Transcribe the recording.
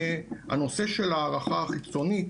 הנושא של ההערכה החיצונית,